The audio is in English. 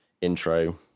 intro